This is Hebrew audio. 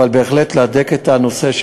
אבל בהחלט להדק את הנושא,